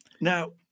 Now